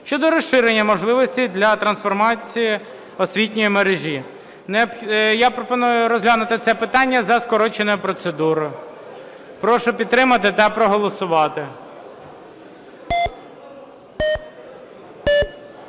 щодо розширення можливостей для трансформації освітньої мережі. Я пропоную розглянути це питання за скороченою процедурою. Прошу підтримати та проголосувати.